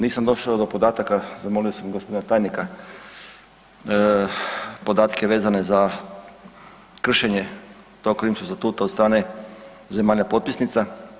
Nisam došao do podataka, zamolio sam gospodina tajnika podatke vezane za kršenje tog Rimskog statuta od strane zemalja potpisnica.